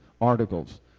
articles